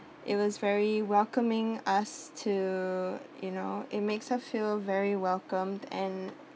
it was very welcoming us to you know it makes us feel very welcomed and